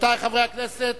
רבותי חברי הכנסת,